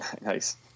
Nice